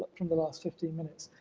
from the last fifteen minutes,